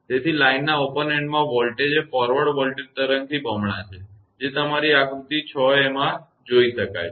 તેથી લાઇનના ઓપન એન્ડમાં વોલ્ટેજ એ ફોરવર્ડ વોલ્ટેજ તરંગથી બમણા છે જે તમારી આકૃતિમાં 6 a માં જોઇ શકાય છે